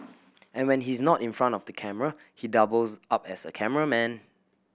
and when he's not in front of the camera he doubles up as a cameraman